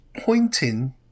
pointing